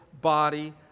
body